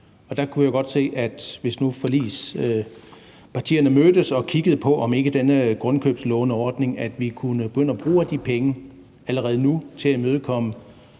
Der kunne jeg godt se, at hvis nu forligspartierne mødtes og kiggede på, om ikke denne grundkøbslåneordning gjorde, at vi kunne begynde at bruge af de penge allerede nu til at imødekomme